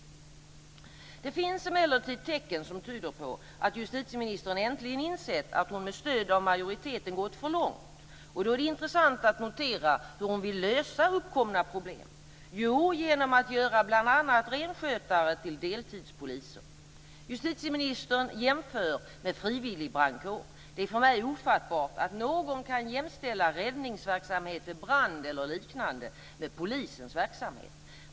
Det finns emellertid tecken som tyder på att justitieministern äntligen inser att hon med stöd av majoriteten gått för långt, och då är det intressant att notera hur hon vill lösa uppkomna problem. Jo, genom att göra bl.a. renskötare till deltidspoliser. Justitieministern jämför med frivilligbrandkår. Det är för mig ofattbart att någon kan jämställa räddningsverksamhet vid brand eller liknande med polisens verksamhet.